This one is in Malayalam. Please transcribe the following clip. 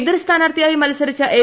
എതിർ സ്ഥാനാർത്ഥിയായി മൽസരിച്ച എം